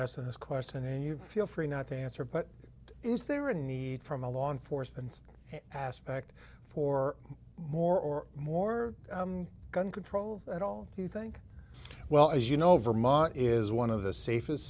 harassing this question and you feel free not to answer but is there a need from a law enforcement aspect for more or more gun control at all do you think well as you know vermont is one of the safest